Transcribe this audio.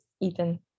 Ethan